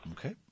Okay